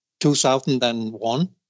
2001